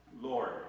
Lord